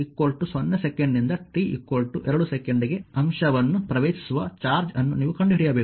ಆದ್ದರಿಂದ t 0 ಸೆಕೆಂಡ್ನಿಂದ t 2 ಸೆಕೆಂಡ್ಗೆ ಅಂಶವನ್ನು ಪ್ರವೇಶಿಸುವ ಚಾರ್ಜ್ ಅನ್ನು ನೀವು ಕಂಡುಹಿಡಿಯಬೇಕು